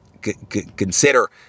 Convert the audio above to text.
consider